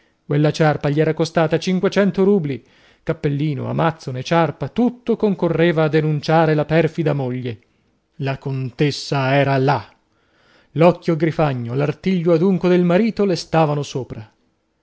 quella ciarpa gli era costata cinquecento rubli cappellino amazzone ciarpa tutto concorreva a denunciare la perfida moglie la contessa era là l'occhio grifagno l'artiglio adunco del marito le stavano sopra